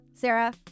Sarah